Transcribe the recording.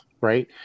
right